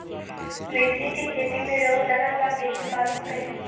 मिर्ची के खेती में रोग लगल बा कईसे मालूम करि?